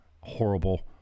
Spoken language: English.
Horrible